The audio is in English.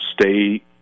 stay